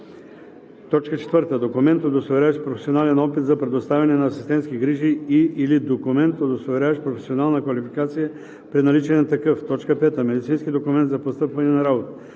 насилие; 4. документ, удостоверяващ професионален опит за предоставяне на асистентски грижи и/или документ, удостоверяващ професионална квалификация, при наличие на такъв; 5. медицински документ за постъпване на работа.“.“